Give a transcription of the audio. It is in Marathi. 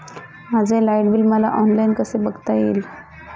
माझे लाईट बिल मला ऑनलाईन कसे बघता येईल?